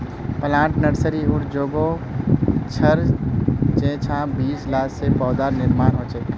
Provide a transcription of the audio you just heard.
plant nursery उर जोगोह छर जेंछां बीज ला से पौधार निर्माण होछे